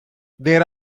there